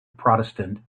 protestant